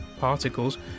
particles